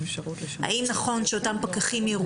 האם נכון שאותם פקחים ירוקים,